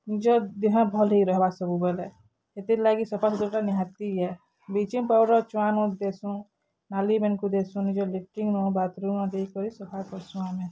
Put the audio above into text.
ନିଜର୍ ଦେହ ଭଲ ହେଇ ରହିବା ସବୁବେଲେ ସେଥିର୍ ଲାଗି ସଫାସୁତର୍ଟା ନିହାତି ଏ ବ୍ଲିଚିଂ ପାଉଡ଼ର୍ ପାଉଡ଼ର୍ ଚୁଆଁନୁ ଦେସୁଁ ନାଲିମାନ୍କୁ ଦେସୁଁ ନିଜର୍ ଲେଟ୍ରିଙ୍ଗ୍ନୁ ବାଥ୍ରୁମ୍ନୁ ଦେଇକରି ସଫା କର୍ସୁଁ ଆମେ